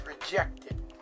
rejected